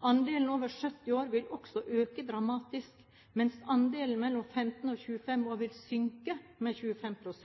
Andelen over 70 år vil også øke dramatisk, mens andelen mellom 15 og 25 år vil synke med 25 pst.